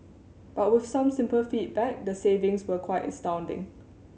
but with some simple feedback the savings were quite astounding